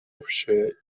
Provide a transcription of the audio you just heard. общая